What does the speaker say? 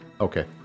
Okay